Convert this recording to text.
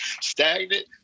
stagnant